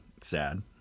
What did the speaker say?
sad